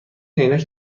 عینک